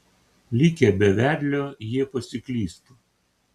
likę be vedlio jie pasiklystų